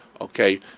Okay